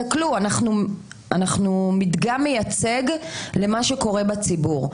אנחנו מדגם מייצג למה שקורה בציבור.